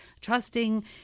trusting